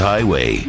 Highway